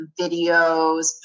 videos